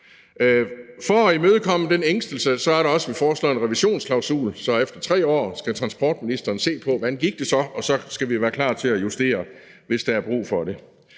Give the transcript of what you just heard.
For at imødekomme den ængstelse er der også foreslået en revisionsklausul, så transportministeren efter 3 år skal se på, hvordan det så gik, og så skal vi være klar til at justere, hvis der er brug for det.